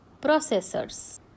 processors